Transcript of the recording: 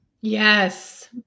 Yes